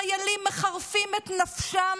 חיילים מחרפים את נפשם,